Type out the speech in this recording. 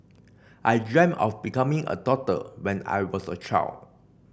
I dreamt of becoming a doctor when I was a child